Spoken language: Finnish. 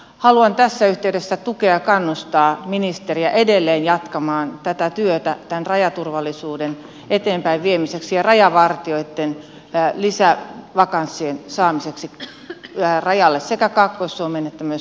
haluan tässä yhteydessä tukea ja kannustaa ministeriä edelleen jatkamaan työtä tämän rajaturvallisuuden eteenpäinviemiseksi ja rajavartijoitten lisävakanssien saamiseksi rajalle sekä kaakkois suomeen että myös muualle suomeen